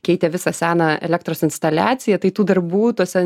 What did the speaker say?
keitė visą seną elektros instaliaciją tai tų darbų tose